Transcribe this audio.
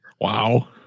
wow